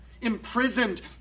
imprisoned